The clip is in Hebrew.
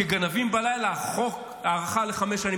כגנבים בלילה החוק, הארכה לחמש שנים.